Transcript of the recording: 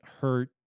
hurt